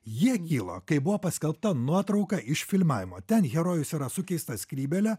jie kyla kai buvo paskelbta nuotrauka iš filmavimo ten herojus yra su keista skrybėle